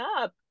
up